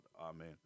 Amen